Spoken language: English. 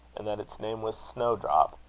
and that its name was snow-drop.